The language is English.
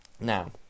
Now